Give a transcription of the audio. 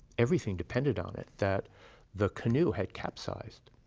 everything depended on it, that the canoe had capsized,